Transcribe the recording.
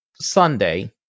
Sunday